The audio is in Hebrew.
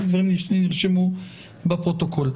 הדברים נרשמו בפרוטוקול.